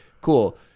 Cool